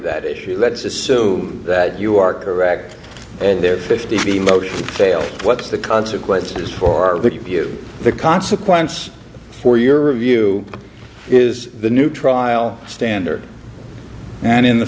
that issue let's assume that you are correct in their fifty's emotion fail what's the consequences for that you view the consequence for your view is the new trial standard and in the